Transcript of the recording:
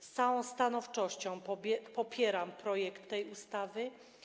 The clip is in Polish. Z całą stanowczością popieram projekt tej ustawy.